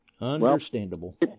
Understandable